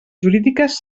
jurídiques